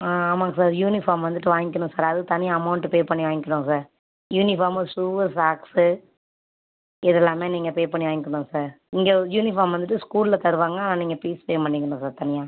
ஆ ஆமாம்ங்க sir uniform வந்துவிட்டு வாங்கிக்கணும் சார் அதுக்குத் தனியாக அமௌண்டு பே பண்ணி வாங்கிக்கணும் சார் யூனிஃபார்மு ஷூவு சாக்ஸு இதெல்லாமே நீங்க பே பண்ணி வாங்கிக்கணும் சார் இங்கே யூனிஃபார்ம் வந்துவிட்டு ஸ்கூலில் தருவாங்க நீங்கள் ஃபீஸ் பே பண்ணிக்கணும் சார் தனியாக